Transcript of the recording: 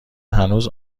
هنوز